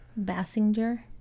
Bassinger